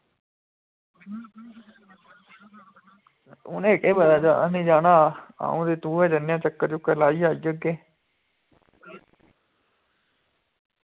उनेंगी केह् पता असें जाना हा अंऊ ते तू गै जन्ने आं चक्कर लाइयै आई जाह्गे